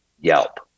Yelp